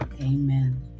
Amen